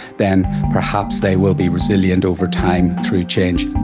then perhaps they will be resilient over time through change.